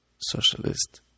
socialist